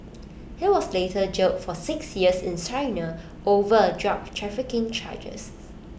he was later jailed for six years in China over drug trafficking charges